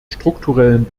strukturellen